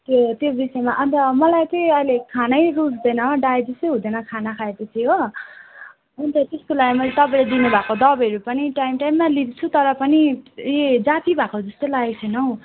ए त्यो विषयमा अन्त मलाई चाहिँ अहिले खानै रुच्दैन डाइजेसै हुँदैन खाना खाएपछि हो अन्त त्यसको लागि मैले तपाईँले दिनु भएको दबाईहरू पनि टाइम टाइममा लिन्छु तर पनि ए जाति भएको जस्तो लागेको छैन हौ